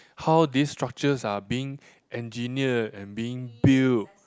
how this structures are being engineered and being built